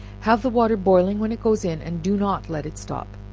have the water boiling when it goes in, and do not let it stop.